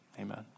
amen